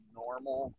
normal